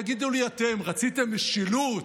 תגידו לי אתם: רציתם משילות,